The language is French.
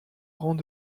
rang